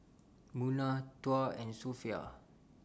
Munah Tuah and Sofea